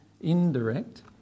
Indirect